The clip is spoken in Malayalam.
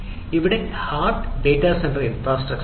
ഇവിടെ ഹാർഡ് ഡാറ്റ സെന്റർ ഇൻഫ്രാസ്ട്രക്ചറാണ്